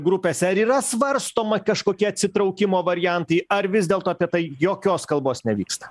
grupėse ar yra svarstoma kažkokie atsitraukimo variantai ar vis dėlto apie tai jokios kalbos nevyksta